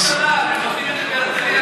כל שבת הם עושים את זה בהרצליה,